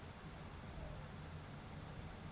শাক সবজি উৎপাদল ক্যরতে গ্যালে সেটা জমির মাটিতে চাষ ক্যরে